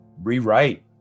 rewrite